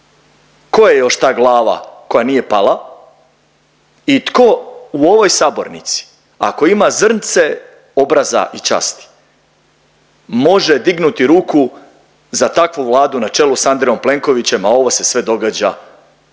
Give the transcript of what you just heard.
Tko je još ta glava koja nije pala i tko u ovoj sabornici ako ima zrnce obraza i časti može dignuti ruku za takvu Vladu na čelu sa Andrejom Plenkovićem, a ovo se sve događa u